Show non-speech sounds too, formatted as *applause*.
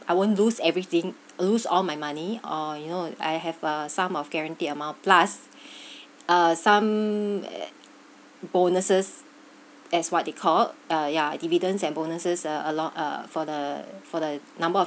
I won't lose everything lose all my money or you know I have a sum of guarantee amount plus *breath* uh some *noise* bonuses as what they called uh yeah dividends and bonuses a~ along uh for the for the number of